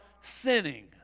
sinning